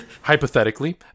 hypothetically